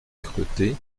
cretté